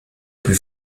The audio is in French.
plus